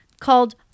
called